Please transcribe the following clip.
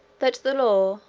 that the law,